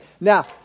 Now